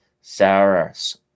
Sarah's